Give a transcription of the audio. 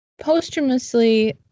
posthumously